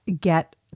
get